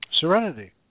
Serenity